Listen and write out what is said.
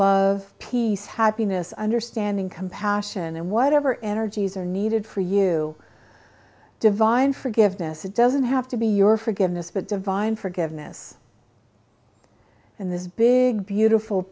love peace happiness understanding compassion and whatever energies are needed for you divine forgiveness it doesn't have to be your forgiveness but divine forgiveness in this big beautiful